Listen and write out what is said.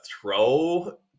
throw